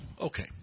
Okay